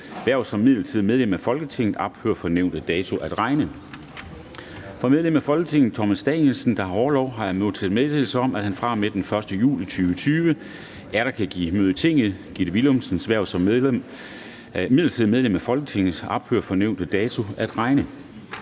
hverv som midlertidigt medlem af Folketinget ophører fra nævnte dato at regne. Fra medlem af Folketinget Thomas Danielsen, der har orlov, har jeg modtaget meddelelse om, at han fra og med den 1. juli 2020 atter kan give møde i Tinget. Gitte Willumsens hverv som midlertidigt medlem af Folketinget ophører fra nævnte dato at regne.